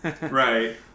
Right